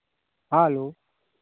hello